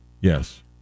Yes